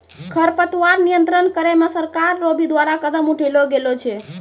खरपतवार नियंत्रण करे मे सरकार रो भी द्वारा कदम उठैलो गेलो छै